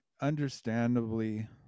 Understandably